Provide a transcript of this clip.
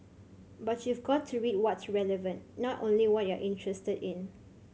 but you've got to read what's relevant not only what you're interested in